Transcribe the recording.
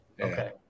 okay